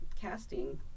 casting